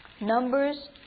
Numbers